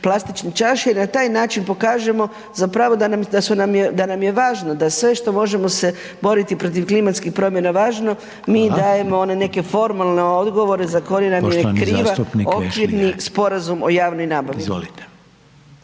plastične čaše i na taj način pokažemo zapravo da nam je važno, da sve što možemo se boriti protiv klimatskih promjena važno, mi dajemo one neke formalne odgovore za koje nam je kriva okvirni sporazum o javnoj nabavi.